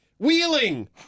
Wheeling